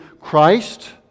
christ